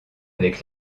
avec